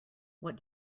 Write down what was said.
what